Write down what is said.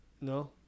No